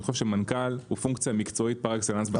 מנכ"ל הוא פונקציה מקצועית פר אקסלנס.